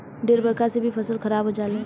ढेर बरखा से भी फसल खराब हो जाले